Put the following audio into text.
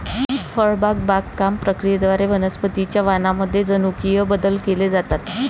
फळबाग बागकाम प्रक्रियेद्वारे वनस्पतीं च्या वाणांमध्ये जनुकीय बदल केले जातात